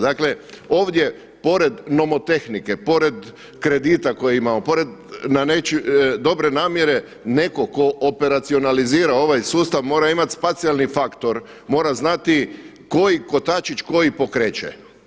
Dakle, ovdje pored nomotehnike, pored kredita koji imamo, pored dobre namjere nekog tko operacionalizira ovaj sustav mora imati spacijalni faktor, mora znati koji kotačić koji pokreće.